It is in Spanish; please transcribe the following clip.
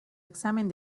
examen